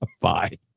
Bye